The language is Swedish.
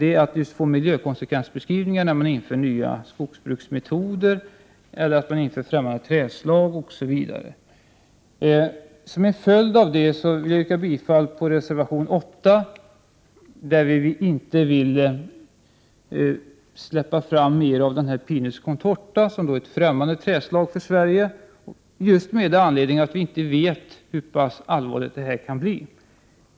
Det behövs alltså miljökonsekvensbeskrivningar när nya skogsbruksmetoder eller främmande trädslag osv. införs. Med utgångspunkt i detta yrkar jag bifall även till reservation 8. Av denna reservation framgår det att Pinus contorta inte bör släppas fram mera — den är ju ett fftämmande trädslag för Sverige —, eftersom vi inte vet hur allvarliga konsekvenserna av införandet av Pinus contorta kan bli.